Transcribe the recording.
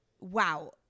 wow